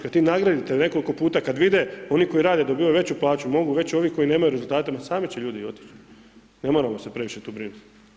Kad njih nagradite nekoliko puta, kad vide oni koji rade dobivaju veću plaću, mogu reći ovi koji nemaju rezultate, ma sami će ljudi otić, ne moramo se previše tu brinut.